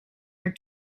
are